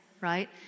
right